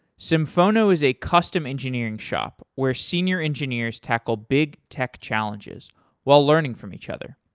symphono is a custom engineering shop where senior engineers tackle big tech challenges while learning from each other.